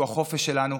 שהוא החופש שלנו.